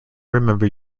remember